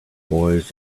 boys